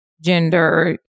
gender